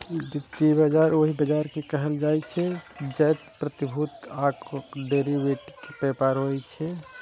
वित्तीय बाजार ओहि बाजार कें कहल जाइ छै, जतय प्रतिभूति आ डिरेवेटिव्स के व्यापार होइ छै